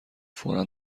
فورا